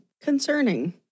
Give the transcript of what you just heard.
concerning